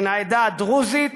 מן העדה הדרוזית,